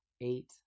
eight